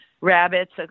rabbits